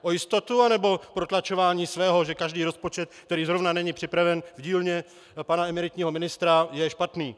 O jistotu, nebo protlačování svého, že každý rozpočet, který zrovna není připraven v dílně pana emeritního ministra, je špatný?